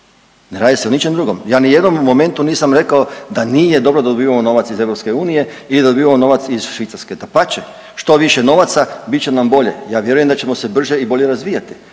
Ne radi se o ničem drugom. Ja ni u jednom momentu nisam rekao da nije dobro da dobivamo novac iz EU i da dobivamo novac iz Švicarske, dapače što više novaca bit će nam bolje. Ja vjerujem da ćemo se brže i bolje razvijati.